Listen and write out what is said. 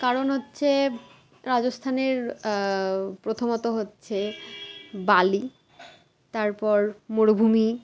কারণ হচ্ছে রাজস্থানের প্রথমত হচ্ছে বালি তারপর মরুভূমি